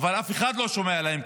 אבל אך אחד לא שומע להם,